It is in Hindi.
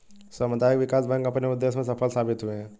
सामुदायिक विकास बैंक अपने उद्देश्य में सफल साबित हुए हैं